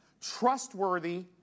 trustworthy